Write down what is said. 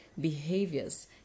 behaviors